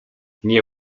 nie